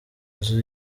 inzu